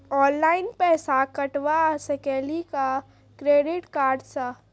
Online पैसा कटवा सकेली का क्रेडिट कार्ड सा?